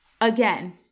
Again